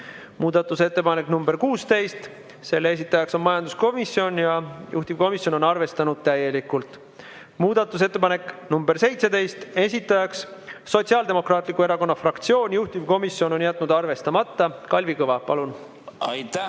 Muudatusettepanek nr 16, esitaja on majanduskomisjon ja juhtivkomisjon on arvestanud täielikult. Muudatusettepanek nr 17, esitaja on Sotsiaaldemokraatliku Erakonna fraktsioon, juhtivkomisjon on jätnud arvestamata. Kalvi Kõva, palun!